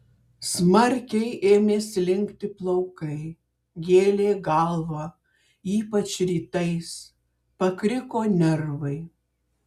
smarkiai ėmė slinkti plaukai gėlė galvą ypač rytais pakriko nervai